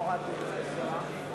הפרויקט הזה כבר נמצא שנתיים,